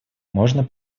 можно